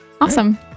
awesome